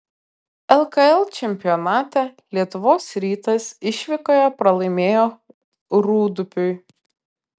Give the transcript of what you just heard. lkl čempionate lietuvos rytas išvykoje pralaimėjo rūdupiui